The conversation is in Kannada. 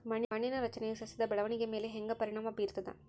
ಮಣ್ಣಿನ ರಚನೆಯು ಸಸ್ಯದ ಬೆಳವಣಿಗೆಯ ಮೇಲೆ ಹೆಂಗ ಪರಿಣಾಮ ಬೇರ್ತದ?